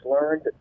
learned